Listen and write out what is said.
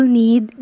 need